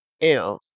ew